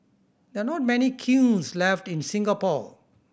there are not many kilns left in Singapore